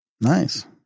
Nice